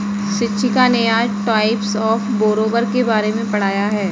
शिक्षिका ने आज टाइप्स ऑफ़ बोरोवर के बारे में पढ़ाया है